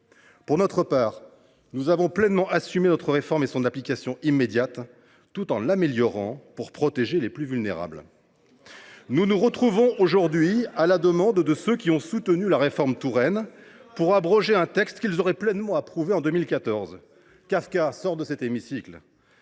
Pour notre part, nous avons pleinement assumé notre réforme et son application immédiate, tout en l’améliorant pour protéger les plus vulnérables. C’est une blague ? Ça s’est vu dans la rue ! Nous nous retrouvons aujourd’hui, à la demande de ceux qui ont soutenu la réforme Touraine, pour abroger un texte qu’ils auraient pleinement approuvé en 2014 : Kafka, sors de cet hémicycle